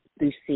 Lucy